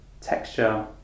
texture